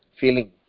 feeling